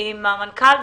עם המנכ"ל,